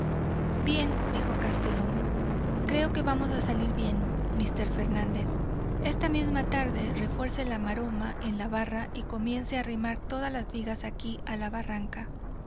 suyas bien dijo castelhum creo que vamos a salir bien míster fernández esta misma tarde refuerce la maroma en la barra y comience a arrimar todas las vigas aquí a la barranca